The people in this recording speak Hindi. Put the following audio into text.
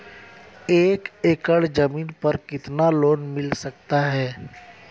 एक एकड़ जमीन पर कितना लोन मिल सकता है?